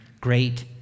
great